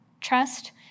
Trust